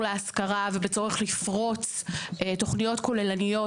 להשכרה ובצורך לפרוץ תוכניות כוללניות,